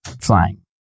Flying